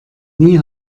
nie